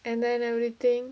and then everything